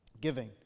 Giving